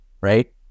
right